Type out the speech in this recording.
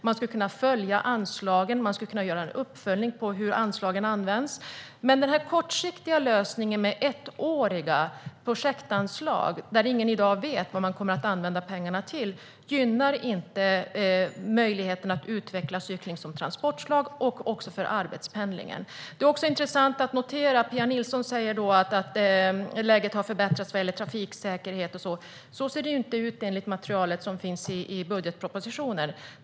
Man skulle kunna följa anslagen, och man skulle kunna göra en uppföljning av hur anslagen används. Men denna kortsiktiga lösning med ettåriga projektanslag, där ingen i dag vet vad pengarna kommer att användas till, gynnar inte möjligheterna att utveckla cykling som transportslag och för arbetspendling. Det är också intressant att notera att Pia Nilsson säger att läget har förbättrats när det gäller trafiksäkerhet. Så ser det inte ut enligt materialet i budgetpropositionen.